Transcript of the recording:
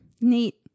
Neat